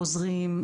חוזרים,